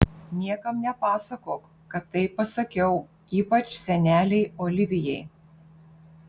niekam nepasakok kad taip pasakiau ypač senelei olivijai